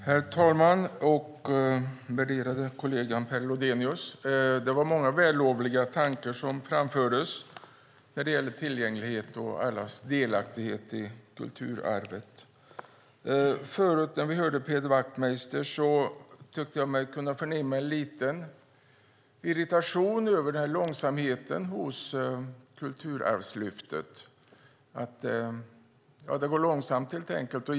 Herr talman! Värderade kollegan Per Lodenius! Det var många vällovliga tankar som framfördes när det gäller tillgänglighet och allas delaktighet i kulturarvet. När vi hörde Peder Wachtmeister förut tyckte jag mig förnimma en liten irritation över långsamheten hos Kulturarvslyftet. Det går helt enkelt långsamt.